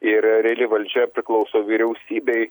ir reali valdžia priklauso vyriausybei